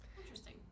Interesting